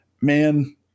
man